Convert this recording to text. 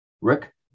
Rick